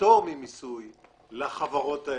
פטור ממיסוי לחברות האלה.